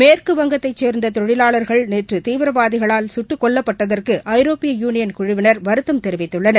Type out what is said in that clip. மேற்குவங்கத்தைசேர்ந்ததொழிலாளர்கள் நேற்றுதீவிரவாதிகளால் சுட்டுக் கொல்லப்பட்டதற்குஐரோப்பிய யூனியன் குழுவினர் வருத்தம் தெரிவித்துள்ளனர்